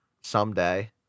Someday